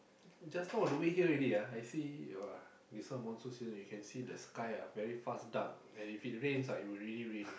just now on the way here already ah I see !wah! this one monsoon season you can see the sky ah very fast dark and if it rains ah it will really rain